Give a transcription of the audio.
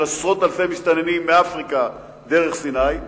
עשרות אלפי מסתננים מאפריקה דרך סיני,